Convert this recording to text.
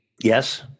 Yes